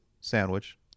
sandwich